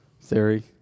theory